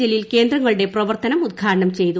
ജലീൽ കേന്ദ്രങ്ങളുടെ പ്രവർത്തനം ഉദ്ഘാടനം ചെയ്തു